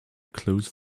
close